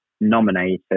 nominated